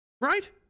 Right